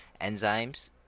Enzymes